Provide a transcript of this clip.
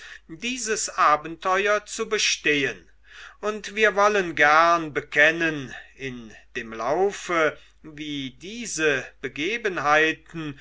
dieses abenteuer zu bestehen und wir wollen gern bekennen in dem laufe wie diese begebenheit